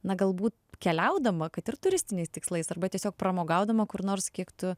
na galbūt keliaudama kad ir turistiniais tikslais arba tiesiog pramogaudama kur nors kiek tu